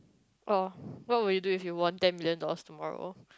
oh what will you do if you want ten million dollars tomorrow